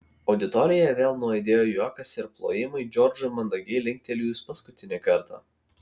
auditorijoje vėl nuaidėjo juokas ir plojimai džordžui mandagiai linktelėjus paskutinį kartą